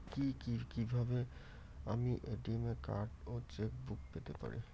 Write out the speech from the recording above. কি কিভাবে আমি এ.টি.এম কার্ড ও চেক বুক পেতে পারি?